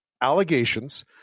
allegations